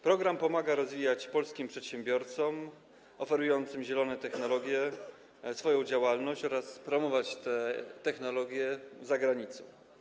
Program pomaga polskim przedsiębiorcom oferującym zielone technologie rozwijać swoją działalność oraz promować te technologie za granicą.